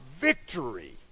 victory